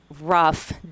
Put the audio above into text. rough